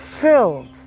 filled